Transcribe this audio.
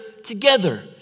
together